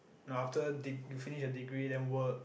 no after deg~ you finish your degree then work